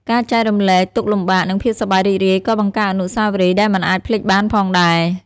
ការចែករំលែកទុក្ខលំបាក និងភាពសប្បាយរីករាយក៏បង្កើតអនុស្សាវរីយ៍ដែលមិនអាចភ្លេចបានផងដែរ។